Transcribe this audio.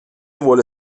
vuole